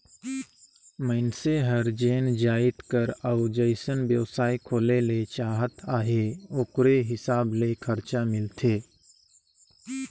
मइनसे हर जेन जाएत कर अउ जइसन बेवसाय खोले ले चाहत अहे ओकरे हिसाब ले खरचा मिलथे